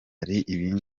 gitsina